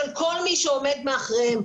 של כל מי שעומד מאחוריהם,